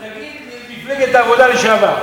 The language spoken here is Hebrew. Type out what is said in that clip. תגיד: מפלגת העבודה לשעבר.